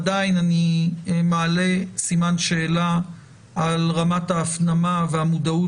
עדיין אני מעלה סימן שאלה על רמת ההפנמה והמודעות